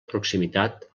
proximitat